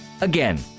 Again